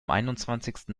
einundzwanzigsten